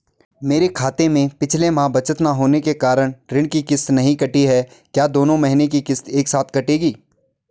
मेरे खाते में पिछले माह बचत न होने के कारण ऋण की किश्त नहीं कटी है क्या दोनों महीने की किश्त एक साथ कटेगी?